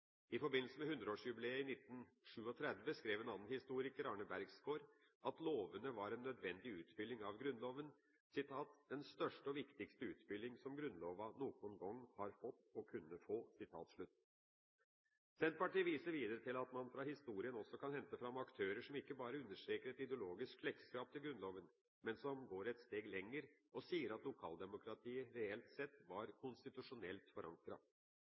I forbindelse med 100-årsjubileet i 1937 skrev en annen historiker, Arne Bergsgård, at lovene var en nødvendig utfylling av Grunnloven, «den største og viktigaste utfyllinga som grunnlova nokon gong har fått og kunde få». Senterpartiet viser videre til at man fra historien også kan hente fram aktører som ikke bare understreker et ideologisk slektskap til Grunnloven, men som går et steg lenger, og sier at lokaldemokratiet reelt sett var konstitusjonelt